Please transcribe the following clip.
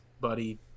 buddy